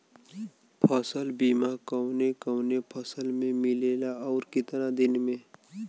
फ़सल बीमा कवने कवने फसल में मिलेला अउर कितना दिन में?